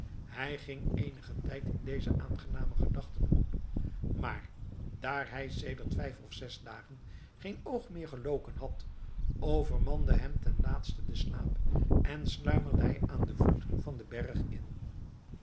hij ging eenigen tijd in deze aangename gedachten op maar daar hij sedert vijf of zes dagen geen oog meer geloken had overmande hem ten laatste de slaap en sluimerde hij aan den voet van den berg in